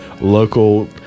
local